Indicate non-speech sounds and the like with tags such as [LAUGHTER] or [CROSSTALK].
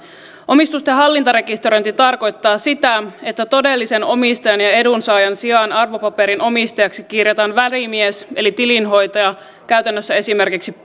omistusten hallintarekisteröinti tarkoittaa sitä että todellisen omistajan ja edunsaajan sijaan arvopaperin omistajaksi kirjataan välimies eli tilinhoitaja käytännössä esimerkiksi [UNINTELLIGIBLE]